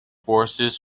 forces